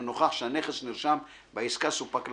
אם נוכח שהנכס שנרשם בעסקה סופק ללקוח.""